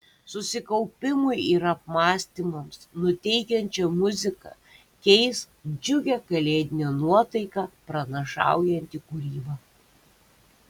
susikaupimui ir apmąstymams nuteikiančią muziką keis džiugią kalėdinę nuotaiką pranašaujanti kūryba